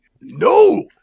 No